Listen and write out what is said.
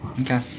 Okay